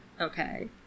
Okay